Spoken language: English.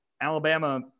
Alabama